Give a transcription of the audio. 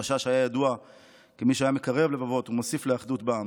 הרש"ש היה ידוע כמי שהיה מקרב לבבות ומוסיף לאחדות בעם.